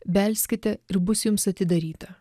belskite ir bus jums atidaryta